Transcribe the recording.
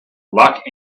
luck